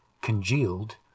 congealed